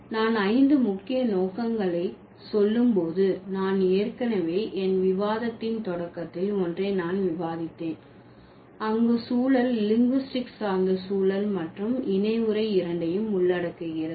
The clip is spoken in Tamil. நான் ஐந்து முக்கிய நோக்கங்களை சொல்லும் போது நான் ஏற்கனவே என் விவாதத்தின் தொடக்கத்தில் ஒன்றை நான் விவாதித்தேன் அங்கு சூழல் லிங்குஸ்டிக் சார்ந்த சூழல் மற்றும் பின்னர் இணை உரை இரண்டையும் உள்ளடக்குகிறது